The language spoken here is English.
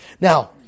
Now